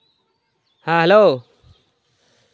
ᱦᱮᱸ ᱦᱮᱞᱳ